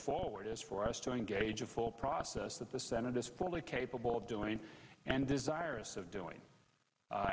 forward is for us to engage in full process that the senate is fully capable of doing and desirous of doing